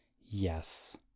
Yes